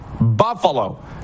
Buffalo